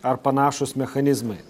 ar panašūs mechanizmai